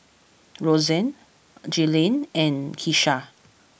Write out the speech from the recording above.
Rozanne Jailene and Kesha